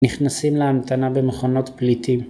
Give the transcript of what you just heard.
נכנסים להמתנה במחנות פליטים.